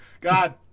god